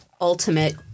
ultimate